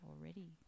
already